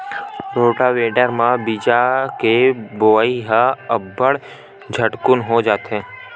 rotavator म बीजा के बोवई ह अब्बड़ झटकुन हो जाथे